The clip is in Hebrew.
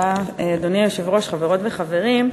אדוני היושב-ראש, חברות וחברים,